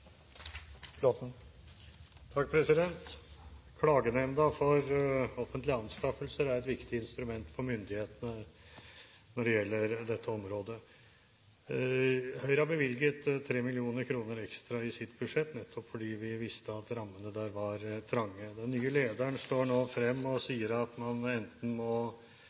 et viktig instrument for myndighetene når det gjelder dette området. Høyre har bevilget 3 mill. kr ekstra i sitt budsjett, nettopp fordi vi visste at rammene der var trange. Den nye lederen står nå frem og sier at man enten må